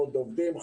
עם 500 עובדים,